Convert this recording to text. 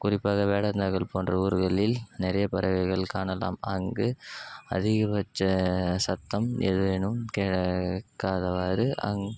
குறிப்பாக வேடந்தாங்கல் போன்ற ஊர்களில் நிறைய பறவைகள் காணலாம் அங்கு அதிகபட்ச சத்தம் ஏதேனும் கேட்காதவாறு அங்கே